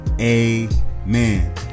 amen